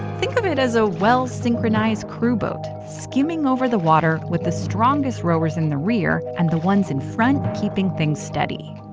think of it as a well-synchronized crew boat, skimming over the water with the strongest rowers in the rear, and the ones in front keeping things steady.